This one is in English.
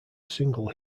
single